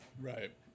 right